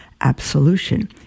absolution